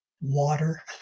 water